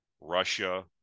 Russia